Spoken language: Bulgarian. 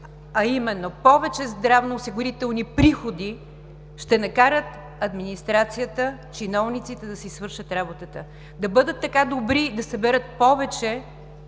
а именно повече здравноосигурителни приходи, ще накарат администрацията, чиновниците да си свършат работата, да бъдат така добри да съберат повече